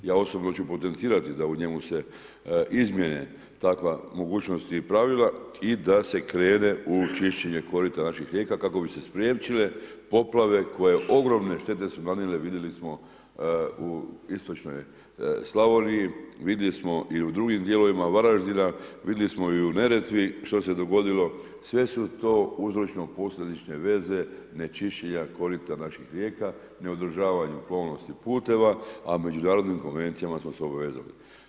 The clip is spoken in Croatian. Ja osobno ću potencirati da u njemu se izmjene takva mogućnost i pravila i da se krene u čišćenja korita naših rijeka, kako bi se spriječile poplave, koje ogromne štete su nanijele, vidjeli smo u istočnoj Slavoniji, vidjeli smo i u drugim dijelovima Varaždina, vidjeli smo i u Neretvi, što se dogodilo, sve su to uzročno posljednične veze onečišćenja korita naših rijeka, neodržavanje pomorskih puteva, a međunarodnim konvencijama smo se obvezali.